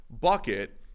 bucket